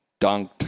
dunked